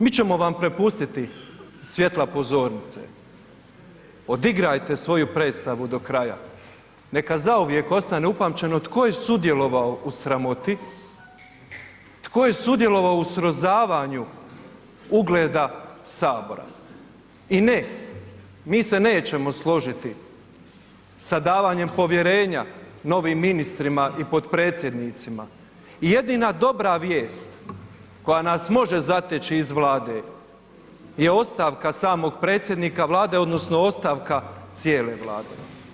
Mi ćemo vam prepustiti svjetla pozornice, odigrajte svoju predstavu do kraja, neka zauvijek ostane upamćeno tko je sudjelovao u sramoti, tko je sudjelovao u srozavanju ugleda Sabora i ne mi se nećemo složiti sa davanjem povjerenja novim ministrima i potpredsjednicima i jedina dobra vijest koja nas može zateći iz Vlade je ostavka samog predsjednika Vlade odnosno ostavka cijele Vlade.